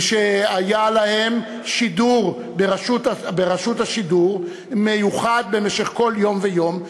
שהיה להם ברשות השידור שידור מיוחד במשך כל יום ויום,